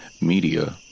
Media